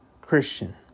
Christian